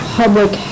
public